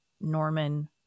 Norman